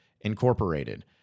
Incorporated